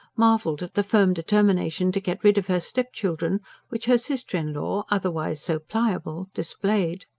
marvelled at the firm determination to get rid of her stepchildren which her sister-in-law, otherwise so pliable, displayed.